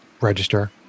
register